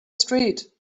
street